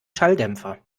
schalldämpfer